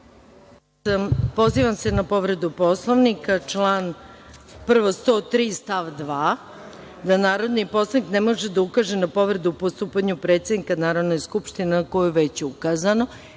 Pozivam se na povredu Poslovnika član, prvo 103. stav 2. da narodni poslanik ne može da ukaže na povredu postupanja predsednika Narodne skupštine ako je već ukazana